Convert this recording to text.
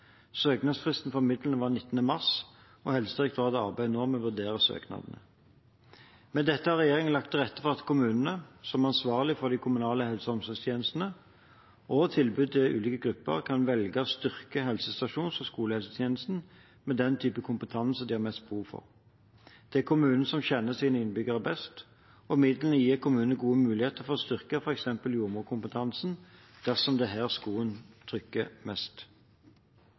Søknadsfristen for midlene var 19. mars, og Helsedirektoratet arbeider nå med å vurdere søknadene. Med dette har regjeringen lagt til rette for at kommunene – som ansvarlige for de kommunale helse- og omsorgstjenestene og tilbudet til ulike grupper – kan velge å styrke helsestasjons- og skolehelsetjenesten med den typen kompetanse de har mest behov for. Det er kommunene som kjenner sine innbyggere best, og midlene gir kommunene gode muligheter til å styrke f.eks. jordmorkompetansen dersom det er her skoen trykker mest.